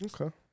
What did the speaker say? Okay